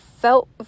felt